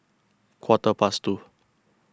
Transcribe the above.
quarter past two